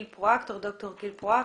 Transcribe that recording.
לד"ר גיל פרואקטור.